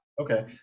okay